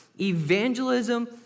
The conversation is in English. Evangelism